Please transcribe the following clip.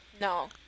No